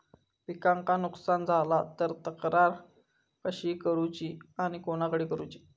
पिकाचा नुकसान झाला तर तक्रार कशी करूची आणि कोणाकडे करुची?